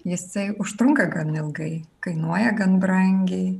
jisai užtrunka gan ilgai kainuoja gan brangiai